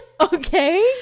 okay